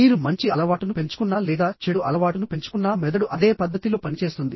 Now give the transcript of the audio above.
మీరు మంచి అలవాటును పెంచుకున్నా లేదా చెడు అలవాటును పెంచుకున్నా మెదడు అదే పద్ధతిలో పనిచేస్తుంది